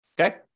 okay